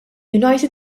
united